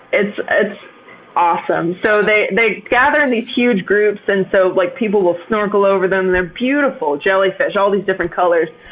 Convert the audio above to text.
it's ah awesome. so they they gather in these huge groups and so like people will snorkel over them. they're beautiful jellyfish, all these different colors,